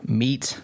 meat